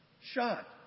shot